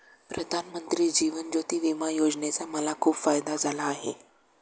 प्रधानमंत्री जीवन ज्योती विमा योजनेचा मला खूप फायदा झाला आहे